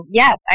yes